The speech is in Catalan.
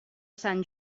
sant